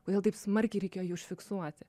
kodėl taip smarkiai reikėjo jį užfiksuoti